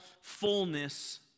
fullness